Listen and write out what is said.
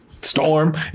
Storm